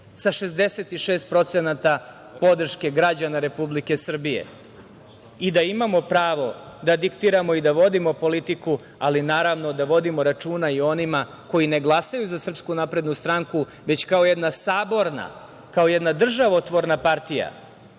sa 66% podrške građana Republike Srbije, i da imamo pravo da diktiramo i da vodimo politiku, ali naravno da vodimo računa i o onima koji ne glasaju za SNS, već kao jedna saborna, kao jedna državotvorna partija